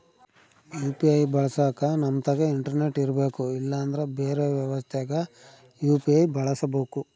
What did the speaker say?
UPI ಬಳಸಕ ನಮ್ತಕ internet ಇರರ್ಬೆಕು ಇಲ್ಲಂದ್ರ ಬೆರೆ ವ್ಯವಸ್ಥೆಗ ಯು.ಪಿ.ಐ ಬಳಸಬಕು